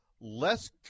less